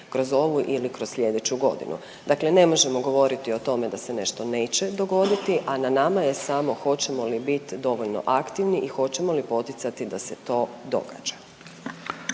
kroz ovu ili kroz slijedeću godinu. Dakle, ne možemo govoriti o tome da se nešto neće dogoditi, a na nama je samo hoćemo li biti dovoljno aktivni i hoćemo li poticati da se to događa.